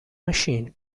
machine